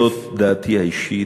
זו דעתי האישית.